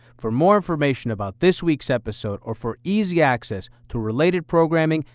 for more information about this week's episode or for easy access to related programming,